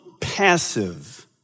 passive